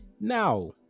now